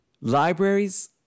Libraries